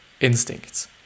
instincts